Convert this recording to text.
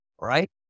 right